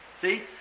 See